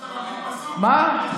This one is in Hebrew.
מה?